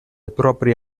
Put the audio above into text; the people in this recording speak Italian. proprie